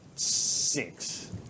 Six